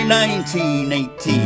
1918